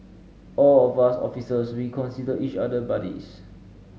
all of us officers we consider each other buddies